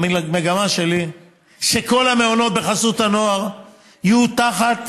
המגמה שלי היא שכל המעונות בחסות הנוער יהיו תחת